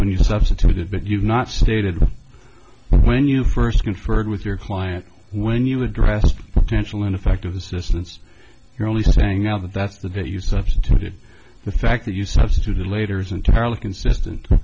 when you substituted but you've not stated when you first conferred with your client when you addressed tensile ineffective assistance you're only saying now that that's the bit you substituted the fact that you substitute elaters entirely consistent